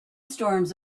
storms